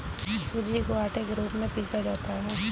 सूजी को आटे के रूप में पीसा जाता है